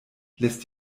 lässt